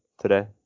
today